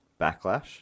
backlash